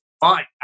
fine